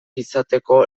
izateko